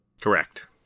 Correct